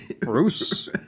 bruce